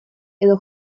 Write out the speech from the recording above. edo